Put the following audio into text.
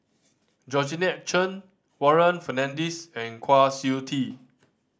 Georgette Chen Warren Fernandez and Kwa Siew Tee